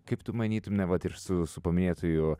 kaip tu manytum na vat ir su su paminėtuoju